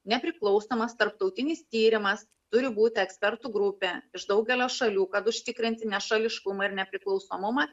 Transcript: nepriklausomas tarptautinis tyrimas turi būti ekspertų grupė iš daugelio šalių kad užtikrinti nešališkumą ir nepriklausomumą